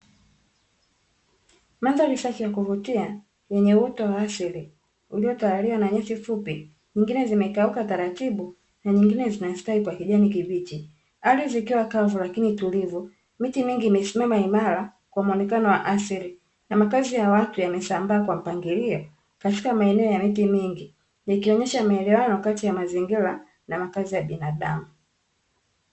Mandhari safi ya kuvutia yenye uoto wa asili uliotawaliwa na nyasi fupi, nyingine zimekauka taratibu na nyingine zinastawi kwa kijani kibichi. Ardhi ikiwa kavu lakini tulivu. Miti mingi imesimama imara kwa muonekano wa asili na makazi ya watu yamesambaa kwa mpangilio katika maeneo ya miti mingi, yakionyesha maelewano kati ya mazingira na makazi ya binadamu.